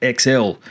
XL